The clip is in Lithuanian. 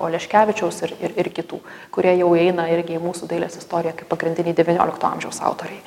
oleškevičiaus ir ir ir kitų kurie jau įeina irgi į mūsų dailės istoriją kaip pagrindiniai devyniolikto amžiaus autoriai